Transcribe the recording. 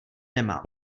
nemám